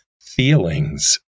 feelings